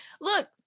Look